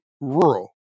rural